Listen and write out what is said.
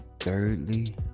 Thirdly